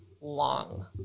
long